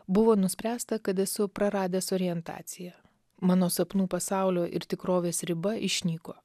buvo nuspręsta kad esu praradęs orientaciją mano sapnų pasaulio ir tikrovės riba išnyko